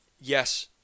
Yes